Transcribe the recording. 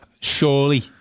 Surely